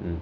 mm